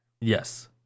Yes